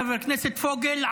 חבר הכנסת פוגל,